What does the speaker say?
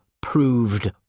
proved